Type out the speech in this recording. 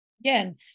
Again